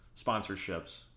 sponsorships